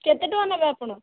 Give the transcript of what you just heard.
କେତେ ଟଙ୍କା ନେବେ ଆପଣ